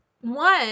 one